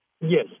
Yes